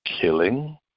killing